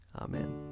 Amen